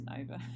over